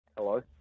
Hello